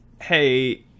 hey